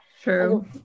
True